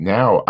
Now